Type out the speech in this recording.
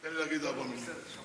תודה רבה.